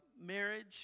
marriage